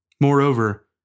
Moreover